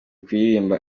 kuririmba